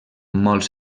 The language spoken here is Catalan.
molts